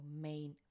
main